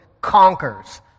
Conquers